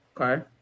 Okay